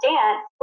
Dance